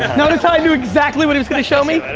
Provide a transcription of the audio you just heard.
notice how i knew exactly what he was gonna show me?